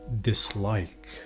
dislike